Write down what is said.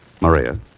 Maria